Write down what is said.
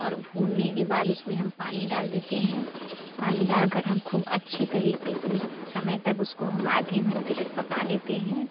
और भूनने के बाद उसमें हम पानी डाल देते हैं पानी डाल कर हम ख़ूब अच्छे तरीक़े से उस समय तक हम उसको आधे घंटे तक पका लेते हैं